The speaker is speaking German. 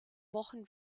wochen